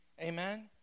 amen